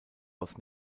aus